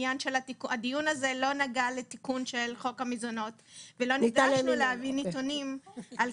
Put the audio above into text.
הזה לא נגע לתיקון של חוק המזונות ולא נדרשנו להביא נתונים על כך.